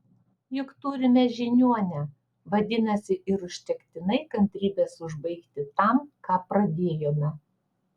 juk turime žiniuonę vadinasi ir užtektinai kantrybės užbaigti tam ką pradėjome